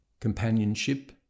companionship